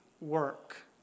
work